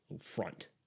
front